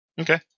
Okay